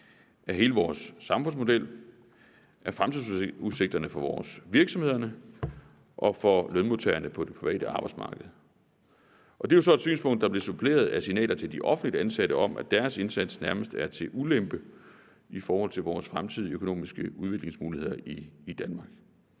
af hele vores samfundsmodel og af fremtidsudsigterne for virksomhederne og lønmodtagerne på det private arbejdsmarked. Det er jo så et synspunkt, der blev suppleret af signaler til de offentligt ansatte om, at deres indsats nærmest er til ulempe i forhold til vores fremtidige økonomiske udviklingsmuligheder i Danmark.